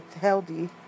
healthy